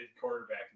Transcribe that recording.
quarterback